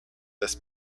this